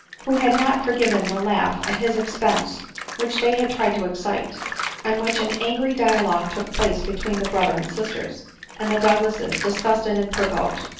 who had not forgiven the laugh at his expense which they had tried to excite on which an angry dialogue took place between the brother and sisters and the douglases, disgusted and provoked,